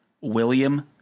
William